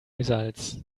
results